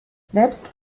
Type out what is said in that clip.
selbst